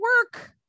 work